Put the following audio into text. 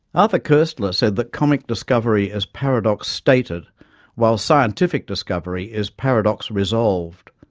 arthur koestler said that comic discovery is paradox stated while scientific discovery is paradox resolved.